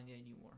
anymore